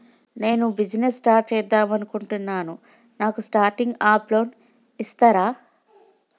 నేను business start చేద్దామనుకుంటున్నాను నాకు స్టార్టింగ్ అప్ లోన్ ఇస్తారా?